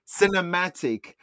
Cinematic